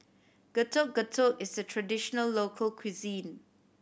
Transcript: Getuk Getuk is a traditional local cuisine